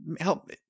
help